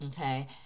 okay